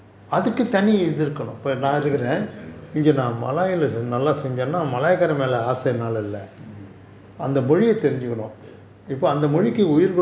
oh